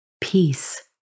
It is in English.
peace